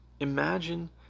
imagine